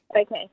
Okay